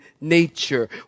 nature